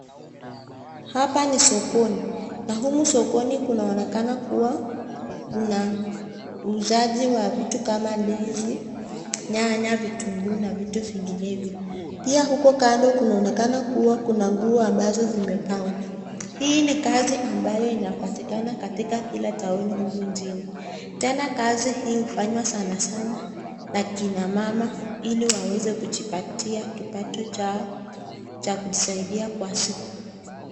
Hapa ni sokoni. Na humu sokoni kunaonekana kuwa kuna uzaji wa vitu kama ndizi, nyanya, vitunguu na vitu vinginevyo. Pia huko kando kunaonekana kuwa kuna nguo ambazo zimepangwa. Hii ni kazi ambayo inapatikana katika kila tauni humu nchini. Tena kazi hii hufanywa sana sana na kina mama ili waweze kujipatia kipato chao cha kujisaidia kwa siku.